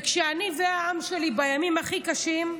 כשאני והעם שלי בימים הכי קשים,